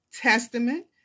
Testament